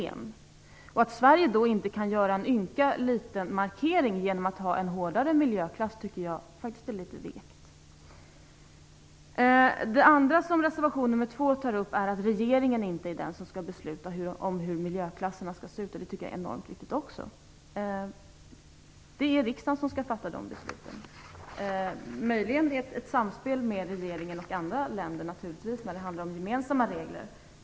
Jag tycker faktiskt att det är litet vekt att Sverige då inte kan göra en ynka liten markering genom att ha en hårdare miljöklass. Det andra som reservation nr 2 tar upp är att det inte är regeringen som skall besluta om hur miljöklasserna skall se ut. Jag tycker att det är enormt viktigt också. Det är riksdagen som skall fatta de besluten, möjligen i ett samspel med regeringen och andra länder när det handlar om gemensamma regler.